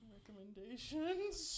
Recommendations